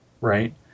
Right